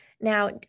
Now